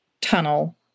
tunnel